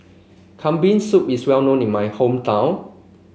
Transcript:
Kambing Soup is well known in my hometown